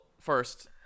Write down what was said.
first